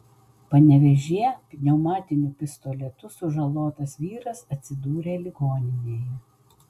panevėžyje pneumatiniu pistoletu sužalotas vyras atsidūrė ligoninėje